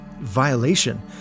violation